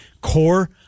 core